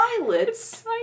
violets